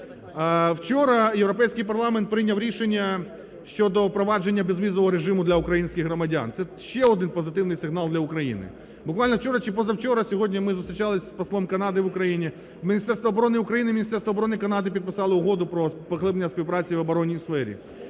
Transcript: Вчора Європейський парламент прийняв рішення щодо впровадження безвізового режиму для українських громадян, це ще один позитивний сигнал для України. Буквально вчора чи позавчора, сьогодні ми зустрічалися з послом Канади в Україні. Міністерство оборони України і Міністерство оборони Канади підписали Угоду про поглиблення співпраці і в оборонній сфері.